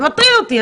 זה מטריד אותי.